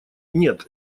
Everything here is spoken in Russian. нет